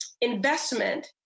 investment